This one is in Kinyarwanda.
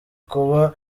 kuba